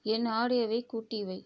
என் ஆடியோவைக் கூட்டி வை